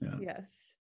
yes